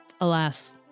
Alas